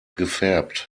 gefärbt